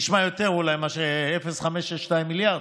זה נשמע יותר אולי מאשר 0.562 מיליארד.